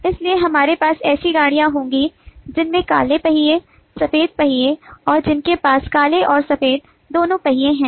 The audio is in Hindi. इसलिए हमारे पास ऐसी गाड़ियाँ होंगी जिनमें काले पहिए सफेद पहिए और जिनके पास काले और सफेद दोनों पहिए हैं